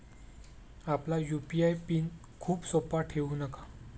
आपला UPI PIN खूप सोपा ठेवू नका